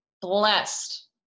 blessed